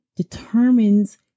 determines